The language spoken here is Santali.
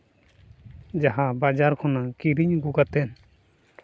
ᱡᱟᱦᱟᱸ ᱵᱟᱡᱟᱨ ᱠᱷᱚᱱᱟᱜ ᱠᱤᱨᱤᱧ ᱟᱹᱜᱩ ᱠᱟᱛᱮ